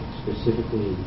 specifically